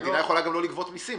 המדינה יכולה גם לא לגבות מיסים,